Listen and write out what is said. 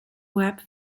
webbed